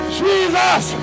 jesus